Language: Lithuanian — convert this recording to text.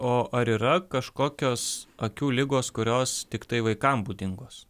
o ar yra kažkokios akių ligos kurios tiktai vaikam būdingos